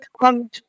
come